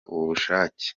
ubushake